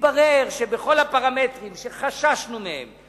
מתברר שבכל הפרמטרים שחששנו מהם,